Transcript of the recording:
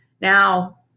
Now